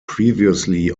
previously